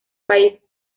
país